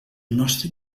nostre